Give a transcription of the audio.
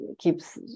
keeps